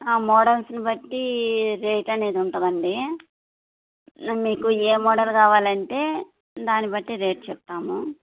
మోడల్స్ని బట్టి రేట్ అనేది ఉంటుందండి మీకు ఏ మోడల్ కావాలంటే దాన్ని బట్టి రేట్ చెప్తాము